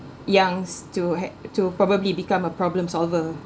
youngs to ha~ to probably become a problem solver